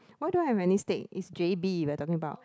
why don't have any state it's j_b we're talking about